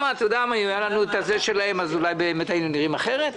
אם היה לנו את הנפט שלהם אז אולי באמת היינו נראים אחרת.